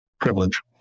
privilege